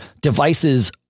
devices